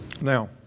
Now